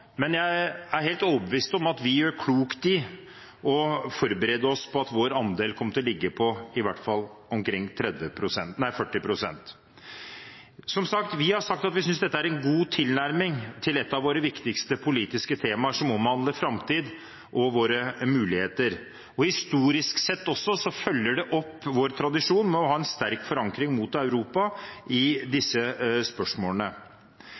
men jeg er helt overbevist om at vi gjør klokt i å forberede oss på at vår andel kommer til å ligge på i hvert fall omkring 40 pst. Som sagt, vi har sagt at vi syns dette er en god tilnærming til et av våre viktigste politiske temaer, som omhandler framtiden og våre muligheter. Historisk sett følger det opp vår tradisjon med å ha en sterk forankring mot Europa i disse spørsmålene.